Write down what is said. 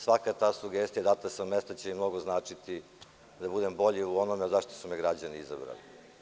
Svaka sugestija data sa mesta će mi mnogo značiti da budem bolji u onom za šta su me građani izabrali.